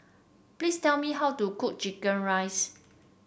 please tell me how to cook chicken rice